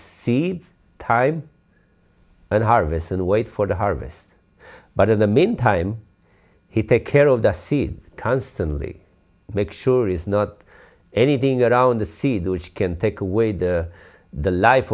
seeds time and harvest and wait for the harvest but in the meantime he take care of the seeds constantly make sure is not anything around the seed which can take away the the life